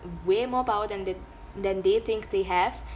way more power than they than they think they have